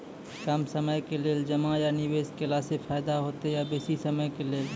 कम समय के लेल जमा या निवेश केलासॅ फायदा हेते या बेसी समय के लेल?